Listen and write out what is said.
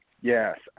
Yes